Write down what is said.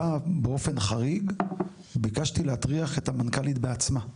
הפעם באופן חריג ביקשתי להטריח את המנכ"לית בעצמה.